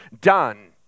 done